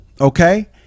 okay